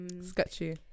Sketchy